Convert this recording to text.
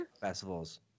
Festivals